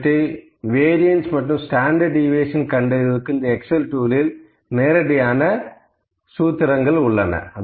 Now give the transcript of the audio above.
இவற்றை வேரியண்ட்ஸ் மற்றும் standard deviation கண்டறிவதற்கு இந்த எக்சலில் நேரடியான சூத்திரங்கள் உள்ளன